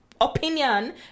opinion